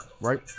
right